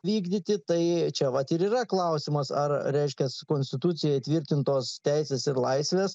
vykdyti tai čia vat ir yra klausimas ar reiškias su konstitucija įtvirtintos teisės ir laisvės